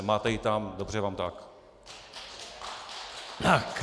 Máte ji tam, dobře vám tak.